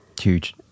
huge